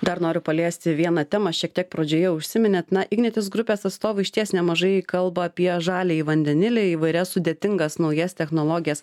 dar noriu paliesti vieną temą šiek tiek pradžioje užsiminėt na ignitis grupės atstovai išties nemažai kalba apie žaliąjį vandenilį įvairias sudėtingas naujas technologijas